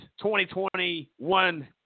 2021